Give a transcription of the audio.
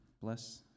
Bless